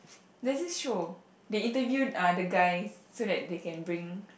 there's this show they interview uh the guys so that they can bring